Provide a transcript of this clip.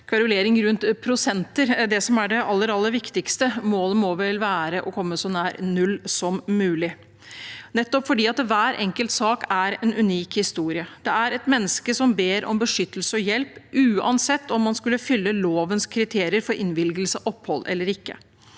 kverulering rundt prosenter det som er det aller, aller viktigste. Målet må vel være å komme så nær null som mulig, nettopp fordi hver enkelt sak er en unik historie. Det er et menneske som ber om beskyttelse og hjelp, uansett om man skulle fylle lovens kriterier for innvilgelse av opphold eller ikke.